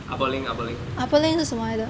Ah Balling Ah Balling